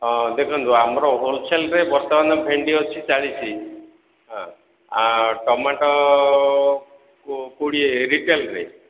ହଁ ଦେଖନ୍ତୁ ଆମର ହୋଲସେଲ୍ରେ ବର୍ତ୍ତମାନ ଭେଣ୍ଡି ଅଛି ଚାଳିଶ ହଁ ଟମାଟୋ କୋଡ଼ିଏ ରିଟେଲ୍ରେ